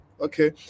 okay